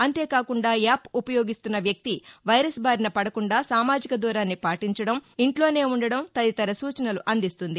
అంతేకాకుండా యాప్ ఉపయోగిస్తున్న వ్యక్తి వైరస్ బారిన పదకుండా సామాజిక దూరాన్ని పాటించడం ఇంట్లోనే ఉండటం తదితర సూచనలు అందిస్తుంది